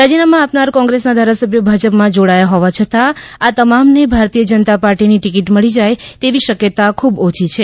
રાજીનામાં આપનાર કોંગ્રેસના ધારાસભ્યો ભાજપમાં જોડાયા હોવા છતાં આ તમામને ભારતીય જનતા પાર્ટીની ટિકિટ મળી જાય તેવી શક્યતા ખૂબ ઓછી છે